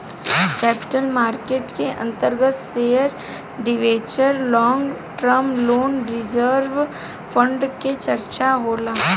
capital market के अंतर्गत share debenture long term loan reserve fund के चर्चा होला